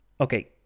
Okay